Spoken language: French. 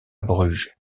bruges